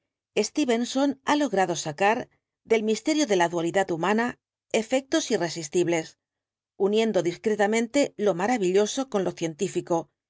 stevenson ha logrado sacar del misterio de la dualidad humana efectos irresistibles uniendo discretamente lo maravilloso con lo científico